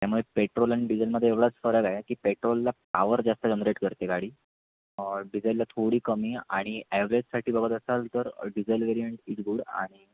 त्यामुळे पेट्रोल आणि डिझेलमध्ये एवढाच फरक आहे की पेट्रोलला पावर जास्त जनरेट करते गाडी ऑर डिझेलला थोडी कमी आणि ॲव्हरेजसाठी बघत असाल तर डिझेल वेरियंट इज गुड आणि